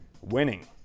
Winning